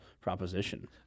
proposition